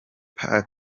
pac